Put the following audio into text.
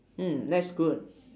mm that's good